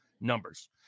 numbers